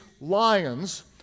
lions